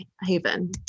Haven